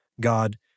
God